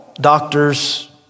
doctors